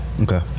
Okay